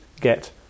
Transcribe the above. get